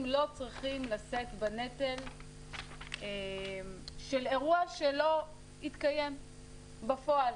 לא צריכים לשאת בנטל של אירוע שלא התקיים בפועל.